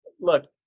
look